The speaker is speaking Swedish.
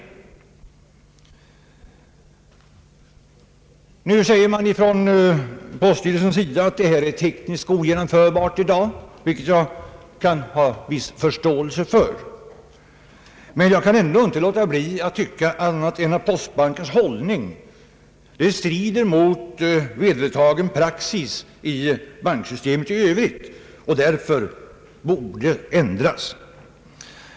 Från poststyrelsens sida säger man nu, att sådana här överföringar är tekniskt ogenomförbara i dag, vilket jag kan ha viss förståelse för. Men jag kan ändå inte tycka annat än att postbankens hållning strider mot vedertagen praxis i banksystemet i övrigt och därför borde ändras.